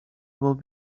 will